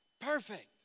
perfect